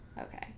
Okay